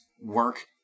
work